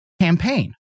campaign